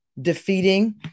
defeating